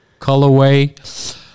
colorway